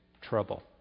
trouble